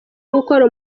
gukora